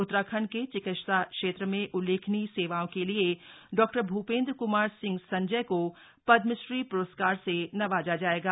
उत्तराखंड के चिकित्सा क्षेत्र में उल्लेखनीय सेवाओं के लिए डॉ भूपेंद्र कुमार सिंह संजय को पद्मश्री प्रस्कार से नवाजा जाएगा